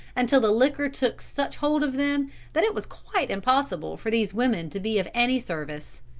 until the liquor took such hold of them that it was quite impossible for these women to be of any service.